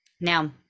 now